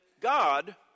God